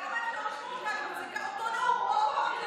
כמה אפשר לשמוע, באמת, מתן,